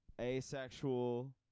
asexual